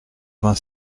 vingt